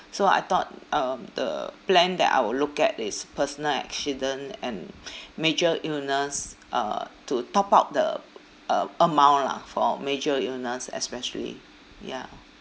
so I thought um the plan that I will look at is personal accident and major illness uh to top up the uh amount lah for major illness especially ya